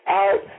out